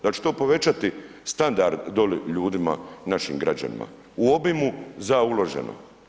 Da li će to povećati standard dole ljudima, našim građanima u obimu za uloženo?